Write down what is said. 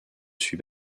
suis